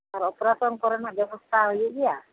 ᱟᱨ operation ᱠᱚᱨᱮᱱᱟᱜ ᱵᱮᱵᱚᱥᱛᱟ ᱦᱩᱭᱩᱜ ᱜᱮᱭᱟ